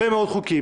עכשיו אתה מתחמק.